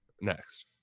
next